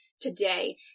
today